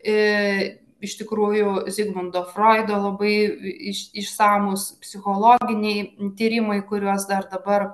ir iš tikrųjų zigmundo froido labai iš išsamūs psichologiniai tyrimai kuriuos dar dabar